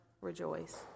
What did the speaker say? rejoice